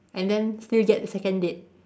and then still get second date